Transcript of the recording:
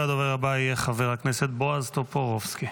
והדובר הבא יהיה חבר הכנסת בועז טופורובסקי,